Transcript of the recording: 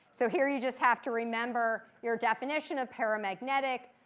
so here you just have to remember your definition of paramagnetic.